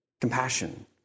Compassion